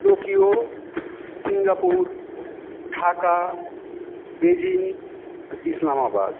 Tokyo Singapore Dhaka Beijing Islamabad